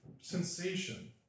sensation